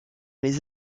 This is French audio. les